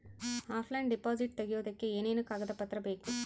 Offline deposit ತೆಗಿಯೋದಕ್ಕೆ ಏನೇನು ಕಾಗದ ಪತ್ರ ಬೇಕು?